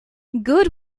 good